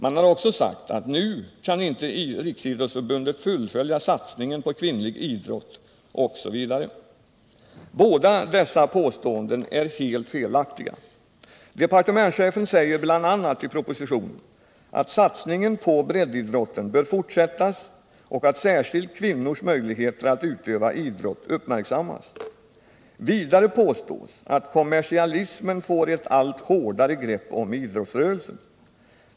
Man har också sagt att nu kan inte Riksidrottsförbundet fullfölja satsningen på kvinnlig idrott osv. Båda dessa påståenden är helt felaktiga. Departementschefen säger bl.a. i propositionen att satsningen på breddidrotten bör fortsättas och att särskilt kvinnors möjligheter att utöva idrott uppmärksammas. Vidare påstås att kommersialismen får ett allt hårdare grepp om idrottsrörelsen.